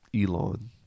Elon